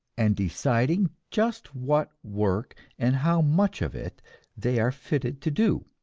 and deciding just what work and how much of it they are fitted to do.